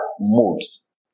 moods